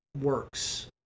works